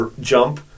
jump